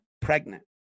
pregnant